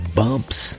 bumps